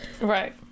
right